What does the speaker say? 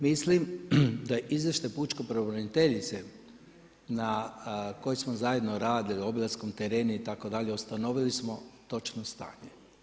Mislim da izvješće pučke pravobraniteljice, na kojem smo zajedno radili obilaskom terena itd. ustanovili smo točno stanje.